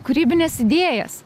kūrybines idėjas